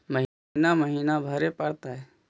महिना महिना भरे परतैय?